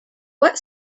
what